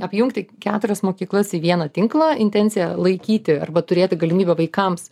apjungti keturias mokyklas į vieną tinklą intencija laikyti arba turėti galimybę vaikams